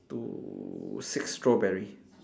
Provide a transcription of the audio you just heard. two six strawberry